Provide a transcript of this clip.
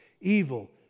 evil